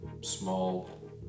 small